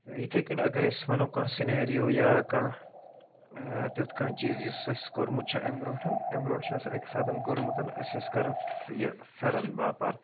تہٕ یِتھَے کٔنۍ اگر أسۍ وَنو کانٛہہ سِنیریو یا کانٛہہ تیُتھ کانٛہہ چیٖز یُس اَسہِ کوٚرمُت چھُ اَمہِ برونٛٹھ امہِ برونٛٹھ چھُ اَسہِ اَکہِ ساتَن کوٚرمُت أسۍ ٲسۍ کرن یہِ پھیٚرن باپار